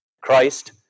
Christ